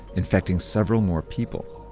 infecting several more people,